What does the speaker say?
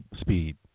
speed